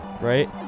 right